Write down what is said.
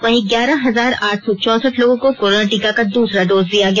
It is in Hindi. वहीं ग्यारह हजार आठ सौ चौसठ लोगों को कोराना टीका का दूसरा डोज दिया गया